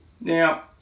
Now